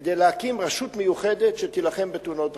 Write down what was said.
כדי להקים רשות מיוחדת שתילחם בתאונות הדרכים.